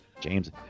James